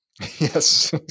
Yes